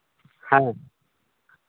ᱦᱮᱸ